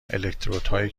الکترودهایی